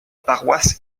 paroisse